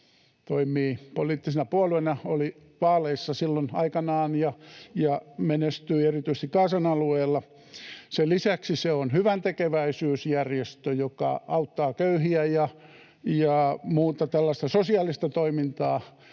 toimii poliittisena puolueena, oli vaaleissa silloin aikanaan ja menestyi erityisesti Gazan alueella. Sen lisäksi se on hyväntekeväisyysjärjestö, joka auttaa köyhiä ja jolla on muuta tällaista sosiaalista toimintaa,